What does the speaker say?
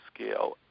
scale